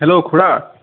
hello খুৰা